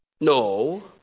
No